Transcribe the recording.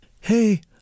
Hey